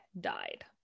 died